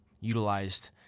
utilized